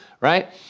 right